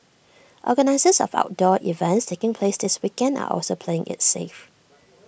organisers of outdoor events taking place this weekend are also playing IT safe